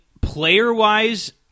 player-wise